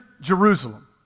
Jerusalem